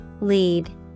Lead